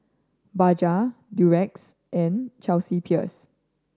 Bajaj Durex and Chelsea Peers